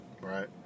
right